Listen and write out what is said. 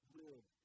live